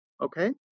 Okay